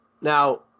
now